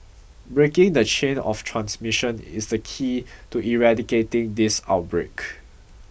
breaking the chain of transmission is the key to eradicating this outbreak